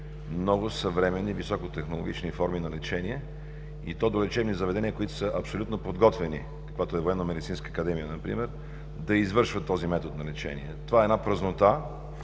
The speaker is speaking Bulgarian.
много съвременни, високотехнологични форми на лечение, и то до лечебни заведения, които са абсолютно подготвени, каквато е Военно-медицинска академия например, да извършват този метод на лечение. Това е празнота